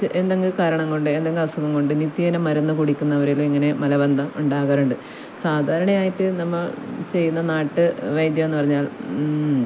എന്തെങ്കിലും കാരണം കൊണ്ട് എന്തെങ്കിലും അസുഖം കൊണ്ട് നിത്യേന മരുന്നു കുടിക്കുന്നവരിലും ഇങ്ങനെ മലബന്ധം ഉണ്ടാകാറുണ്ട് സാധാരണയായിട്ട് നമ്മൾ ചെയ്യുന്ന നാട്ടുവൈദ്യം എന്നു പറഞ്ഞാൽ